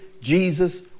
Jesus